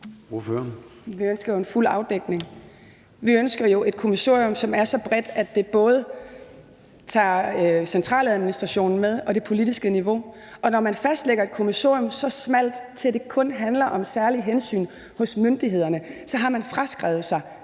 Vi ønsker en fuld afdækning. Vi ønsker jo et kommissorium, som er så bredt, at det både tager centraladministrationen og det politiske niveau med. Og når man fastlægger et kommissorium så smalt, at det kun handler om særlige hensyn hos myndighederne, har man fraskrevet sig